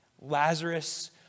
Lazarus